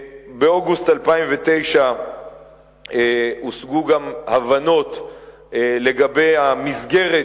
באוגוסט 2009 הושגו גם הבנות לגבי המסגרת